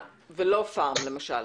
ולא הפארמים למשל?